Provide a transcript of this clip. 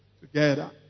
together